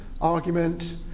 argument